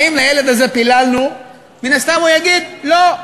האם לילד הזה פיללנו, מן הסתם הוא יגיד: לא,